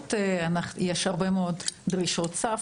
התקשרות יש הרבה מאוד דרישות סף.